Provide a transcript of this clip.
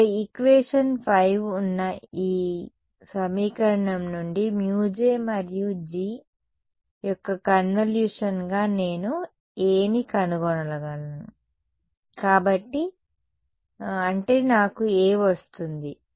ఇక్కడ ఈక్వేషన్ 5 ఉన్న ఈ సమీకరణం నుండి μJ మరియు G యొక్క కన్వల్యూషన్గా నేను Aని కనుగొనగలను కాబట్టి అంటే నాకు A వస్తుంది